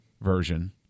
version